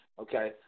okay